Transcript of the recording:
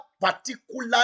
particular